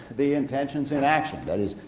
the intention's in action, that is,